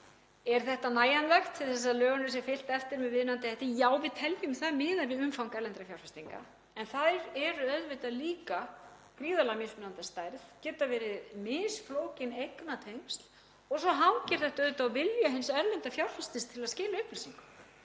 Er þetta nægjanlegt til þess að lögunum sé fylgt eftir með viðunandi hætti? Já, við teljum það miðað við umfang erlendra fjárfestinga en þær eru auðvitað líka gríðarlega mismunandi að stærð. Það geta verið misflókin eignatengsl og svo hangir þetta auðvitað á vilja hins erlenda fjárfestis til að skila upplýsingum.